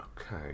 Okay